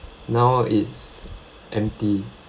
now it's empty